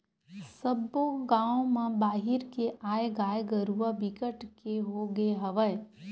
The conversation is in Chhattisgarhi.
सब्बो गाँव म बाहिर के आए गाय गरूवा बिकट के होगे हवय